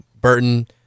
Burton